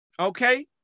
Okay